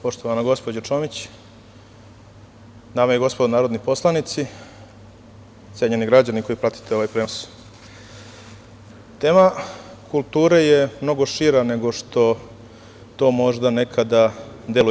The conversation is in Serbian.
Poštovana gospođo Čomić, dame i gospodo narodni poslanici, cenjeni građani koji pratite ovaj prenos, tema kulture je mnogo šira nego što to možda nekada deluje.